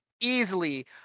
easily